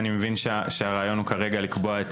אני מבין שהרעיון הוא כרגע לקבוע את